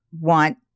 want